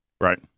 right